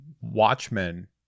Watchmen